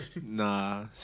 Nah